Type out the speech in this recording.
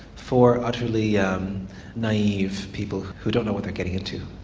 four utterly yeah um naive people who don't know what they are getting into,